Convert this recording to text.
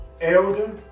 elder